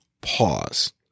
pause